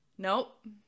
Nope